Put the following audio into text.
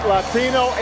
Latino